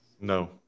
No